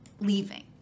leaving